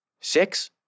six